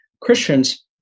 Christians